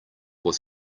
was